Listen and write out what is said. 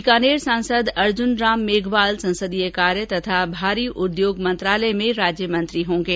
बीकानरे सांसद अर्जुन राम मेघवाल संसदीय कार्य तथा भारी उद्योग मंत्रालयों में राज्यमंत्री होंगे